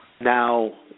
Now